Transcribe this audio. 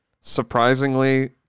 surprisingly